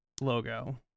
logo